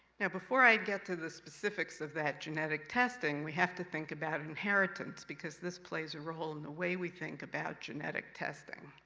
now before i get to the specifics of that genetic testing, we have to think about inheritance, because this plays a role in the way we think about genetic testing.